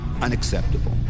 unacceptable